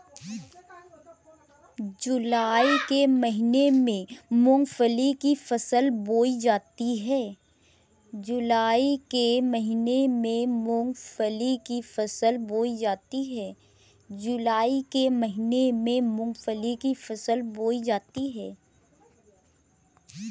जूलाई के महीने में मूंगफली की फसल बोई जाती है